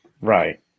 Right